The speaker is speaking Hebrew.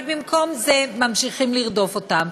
אבל במקום זה ממשיכים לרדוף אותם.